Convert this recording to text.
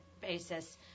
basis